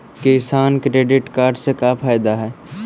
किसान credit card से का फायदा है?